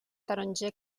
taronger